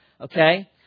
Okay